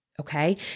okay